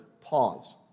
Pause